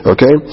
Okay